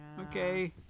Okay